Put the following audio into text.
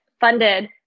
funded